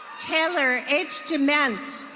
taylor h demint.